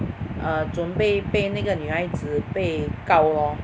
err 准备被那个女孩子被告 lor